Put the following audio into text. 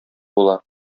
була